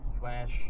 Flash